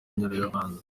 inyarwanda